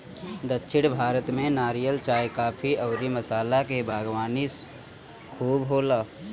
दक्षिण भारत में नारियल, चाय, काफी अउरी मसाला के बागवानी खूब होला